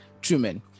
Truman